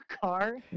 car